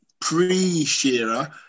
pre-Shearer